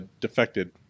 defected